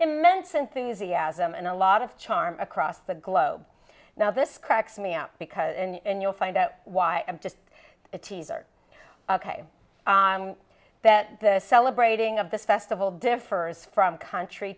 immense enthusiasm and a lot of charm across the globe now this cracks me up because and you'll find out why i'm just a teaser on that the celebrating of this festival differs from country